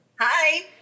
Hi